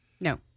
No